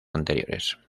anteriores